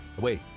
Wait